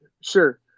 Sure